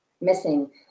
missing